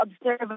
observe